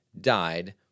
died